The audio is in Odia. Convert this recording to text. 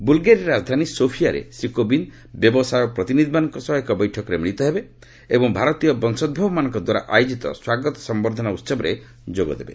ବୁଲ୍ଗେରିଆର ରାଜଧାନୀ ସୋଫିଆରେ ଶ୍ରୀ କୋବିନ୍ଦ ବ୍ୟବସାୟ ପ୍ରତିନିଧିମାନଙ୍କ ସହ ଏକ ବୈଠକରେ ମିଳିତ ହେବେ ଏବଂ ଭାରତୀୟ ବଂଶୋଭବମାନଙ୍କ ଦ୍ୱାରା ଆୟୋଜିତ ସ୍ୱାଗତ ସମ୍ଭର୍ଦ୍ଧନା ଉତ୍ସବରେ ଯୋଗ ଦେବେ